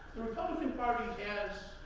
the republican party has